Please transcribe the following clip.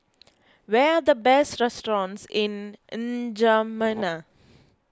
where the best restaurants in N'Djamena